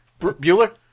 Bueller